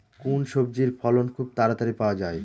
কোন সবজির ফলন খুব তাড়াতাড়ি পাওয়া যায়?